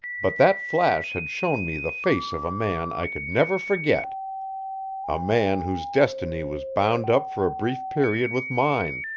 but that flash had shown me the face of a man i could never forget a man whose destiny was bound up for a brief period with mine,